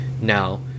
now